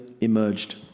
emerged